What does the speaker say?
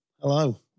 Hello